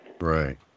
Right